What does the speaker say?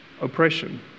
oppression